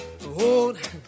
Hold